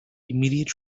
immediate